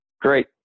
Great